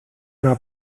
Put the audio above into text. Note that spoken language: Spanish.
una